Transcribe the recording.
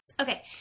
Okay